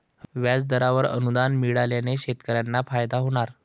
व्याजदरावर अनुदान मिळाल्याने शेतकऱ्यांना फायदा होणार